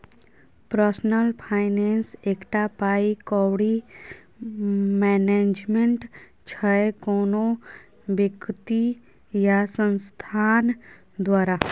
personal finance एकटा पाइ कौड़ी मैनेजमेंट छै कोनो बेकती या संस्थान द्वारा